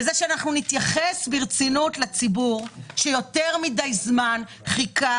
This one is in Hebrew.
אנחנו נתייחס ברצינות לציבור שיותר מידי זמן חיכה